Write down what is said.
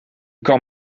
kan